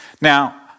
Now